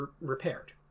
repaired